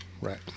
Right